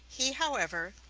he, however,